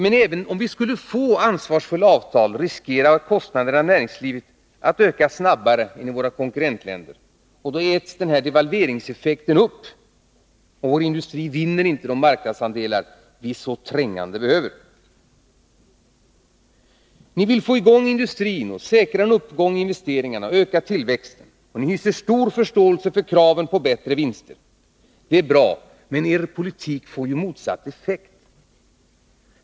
Men även med ansvarsfulla avtal riskerar näringslivets kostnader att öka snabbare än i våra konkurrentländer. Devalveringseffekten äts upp, och vår industri vinner inte de marknadsandelar vi så trängande behöver. Socialdemokraterna vill få i gång industrin, säkra en uppgång i investeringarna och öka tillväxten. Regeringen säger sig hysa stor förståelse för kraven på högre vinster. Det är bra. Men också här får regeringens politik rakt motsatt effekt.